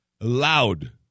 loud